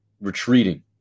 retreating